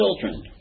children